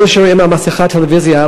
אלה שרואים על מסכי הטלוויזיה,